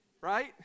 right